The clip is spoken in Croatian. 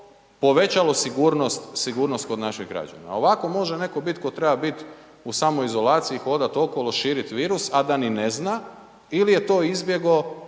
sigurnost kod naših građana. Ovako može netko bit, tko treba biti u samoizolaciji hodat okolo širit virus, a da ni ne zna ili je to izbjegao